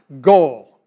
goal